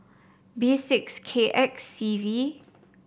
B six K X C V